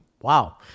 Wow